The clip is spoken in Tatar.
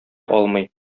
алмый